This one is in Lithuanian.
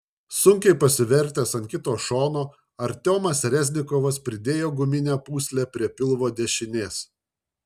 sunkiai pasivertęs ant kito šono artiomas reznikovas pridėjo guminę pūslę prie pilvo dešinės